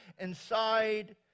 inside